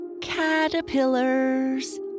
Caterpillars